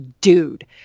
dude